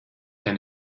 dein